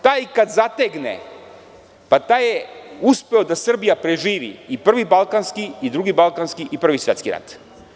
Taj kad zategne, taj je uspeo da Srbija preživi i Prvi balkanski i Drugi balkanski rat i Prvi svetski rat.